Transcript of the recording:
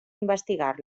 investigar